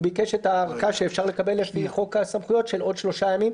הוא ביקש את הארכה שאפשר לקבל לפי חוק הסמכויות של עוד שלושה ימים,